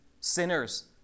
sinners